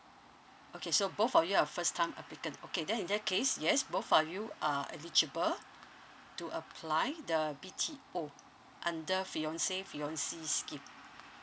okay so both of you are first time applicant okay then in that case yes both of you are eligible to apply the B_T_O under fiance fiancee scheme